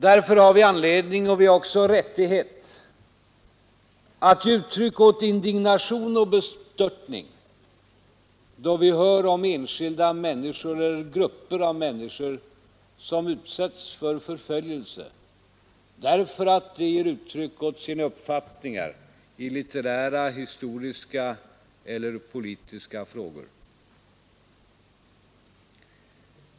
Därför har vi anledning, och också rättighet, att ge uttryck åt indignation och bestörtning då vi hör om enskilda människor eller grupper av människor som utsätts för förföljelse därför att de ger uttryck åt sina uppfattningar i litterära, historiska eller politiska frågor.